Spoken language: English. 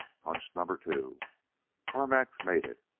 hunch number two carmack's made it.